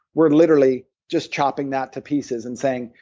we're literally just chopping that to pieces and saying,